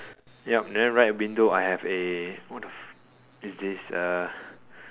yup then right window I have a what the f~ is this uh